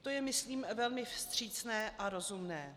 To je, myslím, velmi vstřícné a rozumné.